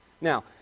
Now